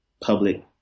public